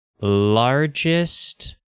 largest